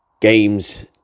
games